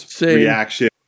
reaction